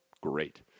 great